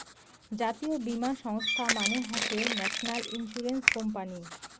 জাতীয় বীমা সংস্থা মানে হসে ন্যাশনাল ইন্সুরেন্স কোম্পানি